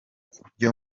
ibyo